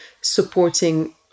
supporting